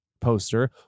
poster